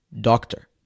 Doctor